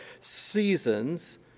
seasons